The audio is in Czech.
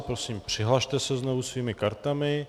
Prosím, přihlaste se znovu svými kartami.